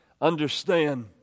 Understand